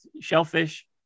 shellfish